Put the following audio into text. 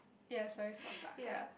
ya soya sauce ah ya